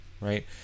right